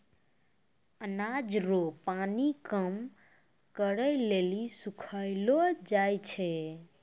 अनाज रो पानी कम करै लेली सुखैलो जाय छै